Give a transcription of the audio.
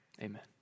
Amen